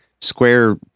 Square